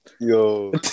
Yo